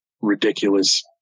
ridiculous